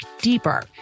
deeper